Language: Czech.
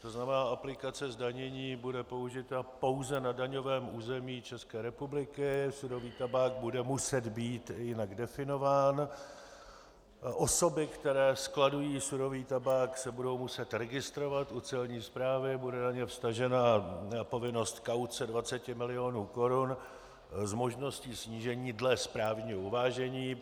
To znamená, aplikace zdanění bude použita pouze na daňovém území České republiky, surový tabák bude muset být jinak definován, osoby, které skladují surový tabák, se budou muset registrovat u Celní správy, bude na ně vztažena povinnost kauce 20 milionů korun s možností snížení dle správního uvážení.